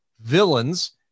villains